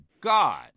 God